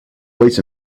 wait